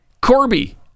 Corby